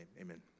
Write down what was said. Amen